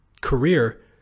career